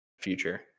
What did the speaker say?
future